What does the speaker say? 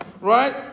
right